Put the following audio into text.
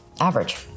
average